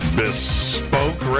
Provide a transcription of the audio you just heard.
bespoke